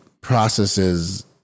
processes